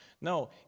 No